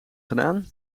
gedaan